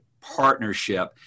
partnership